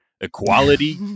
equality